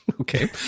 Okay